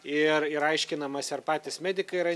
ir ir aiškinamasi ar patys medikai yra